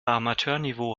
amateurniveau